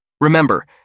Remember